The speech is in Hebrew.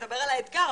לדבר על האתגר,